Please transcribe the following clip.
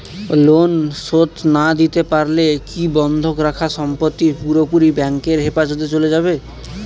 Loan শোধ না দিতে পারলে কি বন্ধক রাখা সম্পত্তি পুরোপুরি ব্যাংকের হেফাজতে চলে যাবে?